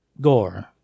gore